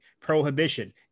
Prohibition